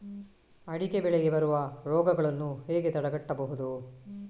ಅಡಿಕೆ ಬೆಳೆಗೆ ಬರುವ ರೋಗಗಳನ್ನು ಹೇಗೆ ತಡೆಗಟ್ಟಬಹುದು?